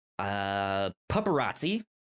Paparazzi